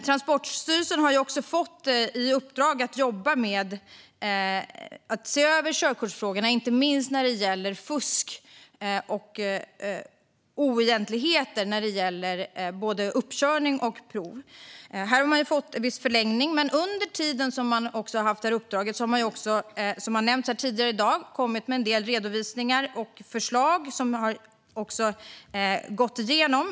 Transportstyrelsen har också fått i uppdrag att se över körkortsfrågorna, inte minst när det gäller fusk och oegentligheter i fråga om både uppkörning och prov. Uppdraget har förlängts. Men under tiden som man har haft detta uppdrag har man också, som har nämnts här tidigare i dag, kommit med en del redovisningar och förslag som också har gått igenom.